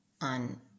On